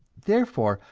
therefore,